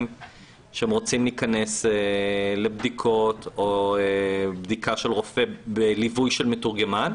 שהם רוצים להיכנס לבדיקות של רופא בליווי של מתורגמן,